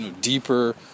deeper